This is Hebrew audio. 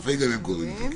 לפעמים גם הם קוראים אותו.